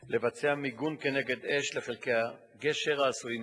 לבצע מיגון נגד אש לחלקי הגשר העשויים מעץ,